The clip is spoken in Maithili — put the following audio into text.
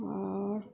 आओर